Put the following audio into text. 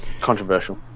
Controversial